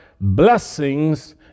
blessings